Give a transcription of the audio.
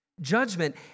judgment